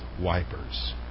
wipers